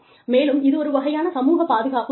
மேலும் இது ஒரு வகையான சமூக பாதுகாப்பாகும்